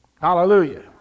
Hallelujah